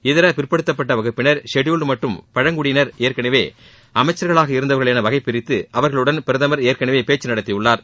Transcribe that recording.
இதர பிற்படுத்தப்பட்ட வகுப்பினர் ஷெட்யூல்டு மற்றும் பழங்குடியினர் ஏற்கனவே அமைச்சர்களாக இருந்தவர்கள் என வகைப்பிரித்து அவர்களுடன் பிரதமர் ஏற்கனவே பேச்சு நடத்தியுள்ளார்